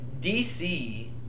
DC